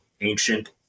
ancient